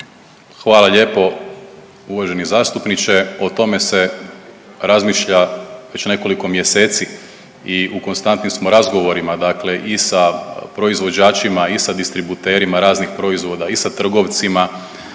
Hvala lijepo. Uvaženi zastupniče o tome se razmišlja već nekoliko mjeseci i u konstantnim smo razgovorima dakle i sa proizvođačima i sa distributerima raznih proizvoda i sa trgovcima